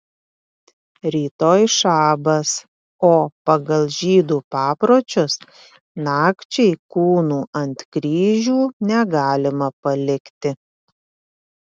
rytoj šabas o pagal žydų papročius nakčiai kūnų ant kryžių negalima palikti